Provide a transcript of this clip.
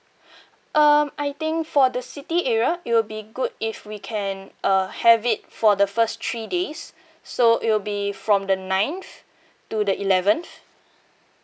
uh I think for the city area it'll be good if we can and uh have it for the first three days so it will be from the ninth to the eleventh